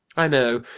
i know.